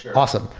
awesome.